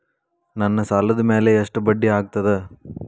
ನನ್ನ ಸಾಲದ್ ಮ್ಯಾಲೆ ಎಷ್ಟ ಬಡ್ಡಿ ಆಗ್ತದ?